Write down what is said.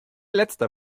letzter